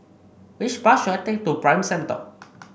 which bus should I take to Prime Centre